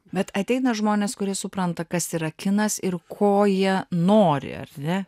bet ateina žmonės kurie supranta kas yra kinas ir ko jie nori ar ne